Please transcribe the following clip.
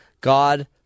God